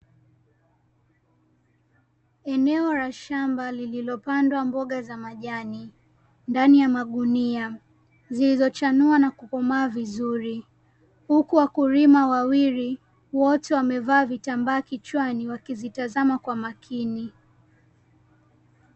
Eneo la shamba lililopandwa mboga za majani, ndani ya magunia, zilizochanua na kukomaa vizuri, huku wakulima wawili wote wamevaa vitambaa kichwani, wakizitazama kwa makini.